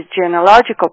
genealogical